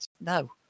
no